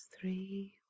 three